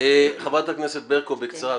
חברת הכנסת ברקו, בקצרה.